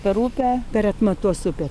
per upę per atmatos upę